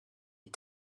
est